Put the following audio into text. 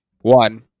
One